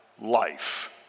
life